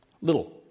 Little